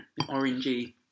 Orangey